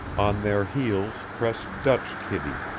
on their heels press dutch kiddie,